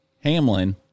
Hamlin